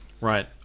right